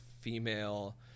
female